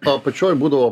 apačioj būdavo